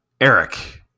Eric